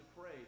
pray